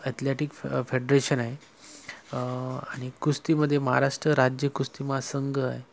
athletic फ federation आहे आणि कुस्तीमध्ये महाराष्ट्र राज्य कुस्ती महासंघ आहे